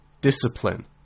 discipline